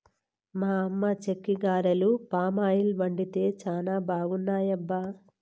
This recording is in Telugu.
మా అమ్మ చెక్కిగారెలు పామాయిల్ వండితే చానా బాగున్నాయబ్బా